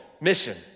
mission